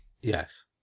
Yes